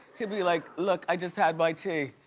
he be like, look, i just had my tea.